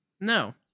No